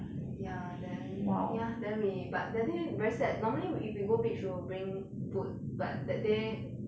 ya then then we but that day very sad normally if we go beach we will bring food but that day